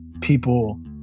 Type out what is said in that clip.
people